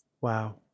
wow